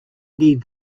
need